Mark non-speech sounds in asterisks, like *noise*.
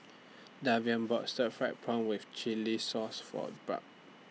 *unintelligible* bought *noise* Stir Fried Prawn with Chili Sauce For Barb